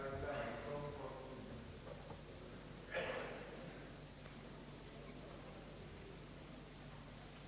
Det finns skäl också för den frågan.